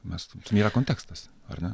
mes yra kontekstas ar ne